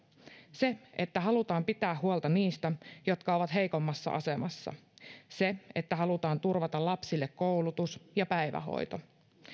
se että halutaan pitää huolta niistä jotka ovat heikommassa asemassa se että halutaan turvata lapsille koulutus ja päivähoito